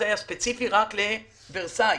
אז היה ספציפית רק לאסון ורסאי.